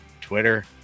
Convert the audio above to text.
Twitter